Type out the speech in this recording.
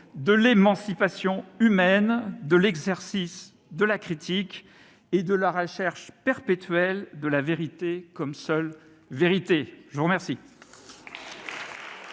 de l'émancipation humaine, de l'exercice de la critique et de la recherche perpétuelle de la vérité comme seule vérité. La parole